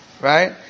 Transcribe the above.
right